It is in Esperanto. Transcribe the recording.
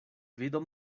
vido